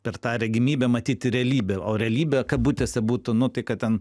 per tą regimybę matyti realybę o realybė kabutėse būtų nu tai kad ten